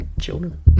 Children